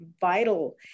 vital